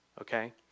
okay